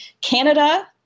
Canada